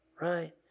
right